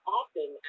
often